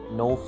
no